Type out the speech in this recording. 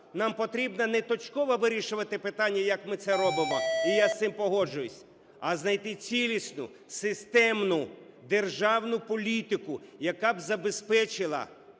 Нам потрібно не точково вирішувати питання, як ми це робимо, і я з цим погоджуюся, а знайти цілісну системну державну політику, яка б забезпечила